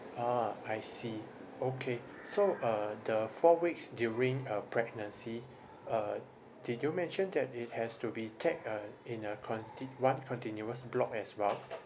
ah I see okay so uh the four weeks during uh pregnancy uh did you mention that it has to be take uh in a conti~ one continuous block as well